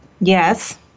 yes